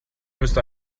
müsste